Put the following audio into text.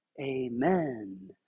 amen